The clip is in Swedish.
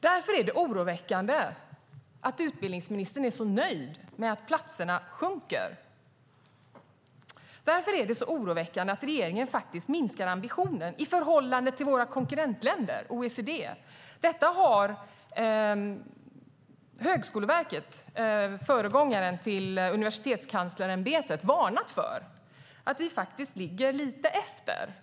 Därför är det oroväckande att utbildningsministern är så nöjd med att antalet platser sjunker och att regeringen minskar ambitionen i förhållande till våra konkurrentländer i OECD. Detta har Högskoleverket, föregångaren till Universitetskanslersämbetet, varnat för. Vi ligger faktiskt lite efter.